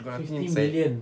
got things inside